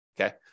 Okay